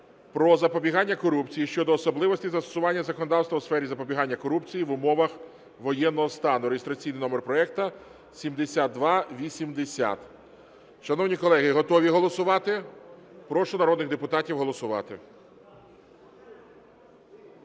"Про запобігання корупції" щодо особливостей застування законодавства у сфері запобігання корупції в умовах воєнного стану (реєстраційний номер проекту 7280). Шановні колеги, готові голосувати? Прошу народних депутатів голосувати.